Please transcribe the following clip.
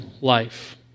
life